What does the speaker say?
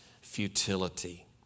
futility